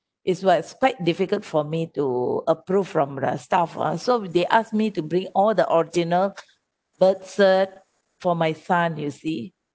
it's what quite difficult for me to approved from the staff ah so they asked me to bring all the original birth cert for my son you see